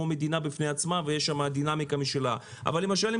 מדינה בפני עצמה ויש לה דינמיקה משלה אבל למשל אם